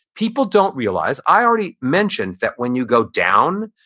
people don't realize, i already mentioned that when you go down,